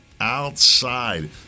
outside